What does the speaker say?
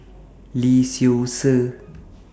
Lee Seow Ser